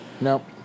no